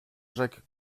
jacques